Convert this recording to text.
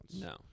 no